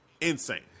Insane